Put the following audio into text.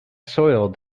soiled